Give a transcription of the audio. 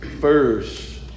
first